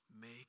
make